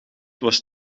was